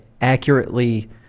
accurately